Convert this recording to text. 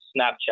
Snapchat